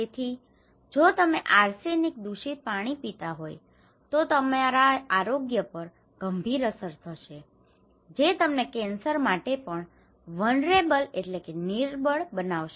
તેથી જો તમે આર્સેનિક દૂષિત પાણી પીતા હોય તો તે તમારા આરોગ્ય પર ગંભીર અસર કરશે જે તમને કેન્સર માટે પણ વન્લરેબલ vulnerable નિર્બળ બનાવશે